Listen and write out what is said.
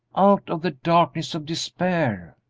out of the darkness of despair.